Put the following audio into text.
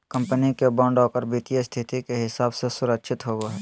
company के bond ओकर वित्तीय स्थिति के हिसाब से सुरक्षित होवो हइ